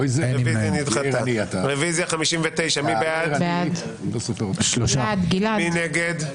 הצבעה בעד, 3 נגד,